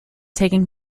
taking